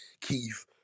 Keith